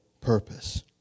purpose